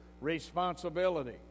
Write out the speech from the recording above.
responsibility